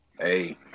Hey